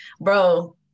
Bro